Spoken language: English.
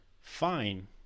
Fine